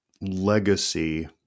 legacy